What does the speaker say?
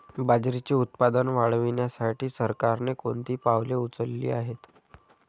बाजरीचे उत्पादन वाढविण्यासाठी सरकारने कोणती पावले उचलली आहेत?